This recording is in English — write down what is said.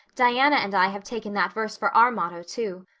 diana and i have taken that verse for our motto too.